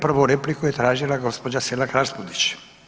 Prvu repliku je tražila gospođa Selak Raspudić.